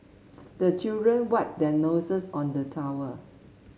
the children wipe their noses on the towel